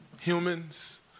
humans